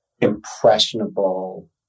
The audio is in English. impressionable